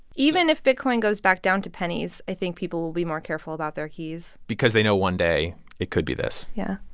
even if bitcoin goes back down to pennies, i think people will be more careful about their keys because they know one day, it could be this yeah